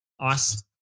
Ice